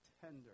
tender